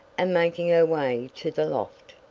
and making her way to the loft.